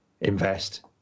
invest